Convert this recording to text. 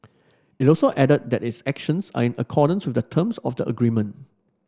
it also added that its actions are in accordance the terms of the agreement